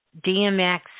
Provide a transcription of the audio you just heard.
DMX